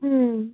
उम्